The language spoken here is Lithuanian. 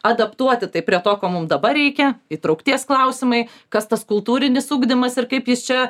adaptuoti tai prie to ko mum dabar reikia įtraukties klausimai kas tas kultūrinis ugdymas ir kaip jis čia